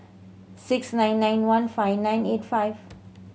six nine nine one five nine eight five